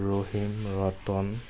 Rahim Ratan